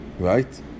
Right